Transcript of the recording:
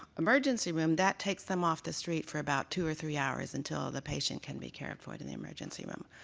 emergency room, that takes them off the street for about two or three hours until the patient can be cared for in the emergency room.